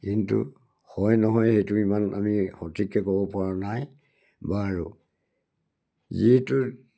কিন্তু হয় নহয় সেইটো ইমান আমি সঠিককৈ ক'ব পৰা নাই বাৰু যিহেতু